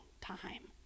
time